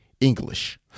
english